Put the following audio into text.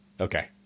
Okay